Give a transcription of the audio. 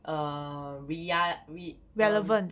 um ria~ re~ um